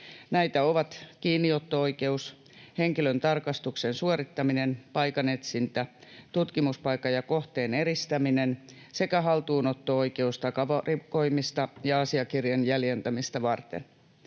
Näitä ovat kiinniotto-oikeus, henkilötarkastuksen suorittaminen, paikanetsintä, tutkimuspaikan ja kohteen eristäminen sekä haltuunotto-oikeus takavarikoimista ja asiakirjojen jäljentämistä varten.